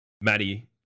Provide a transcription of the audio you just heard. Maddie